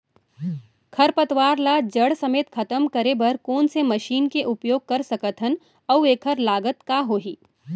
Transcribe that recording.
खरपतवार ला जड़ समेत खतम करे बर कोन से मशीन के उपयोग कर सकत हन अऊ एखर लागत का होही?